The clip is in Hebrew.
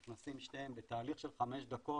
נכנסים שניהם בתהליך של חמש דקות,